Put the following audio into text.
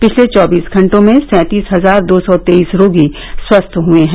पिछले चौबीस घंटों में सँतीस हजार दो सौ तेईस रोगी स्वस्थ हुए हैं